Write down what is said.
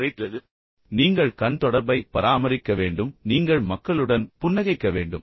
எனவே நீங்கள் கண் தொடர்பை பராமரிக்க வேண்டும் நீங்கள் மக்களுடன் புன்னகைக்க வேண்டும்